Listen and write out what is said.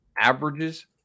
averages